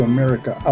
America